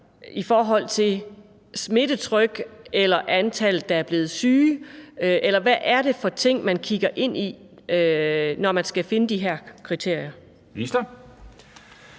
i forhold til smittetryk eller antal, der er blevet syge, eller hvad er det for ting, man kigger på, når man skal finde de her kriterier?